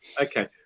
Okay